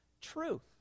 truth